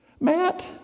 Matt